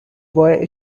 boy